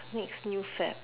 next new fad